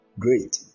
great